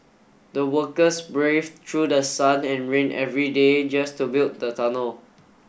the workers braved through the sun and rain every day just to build the tunnel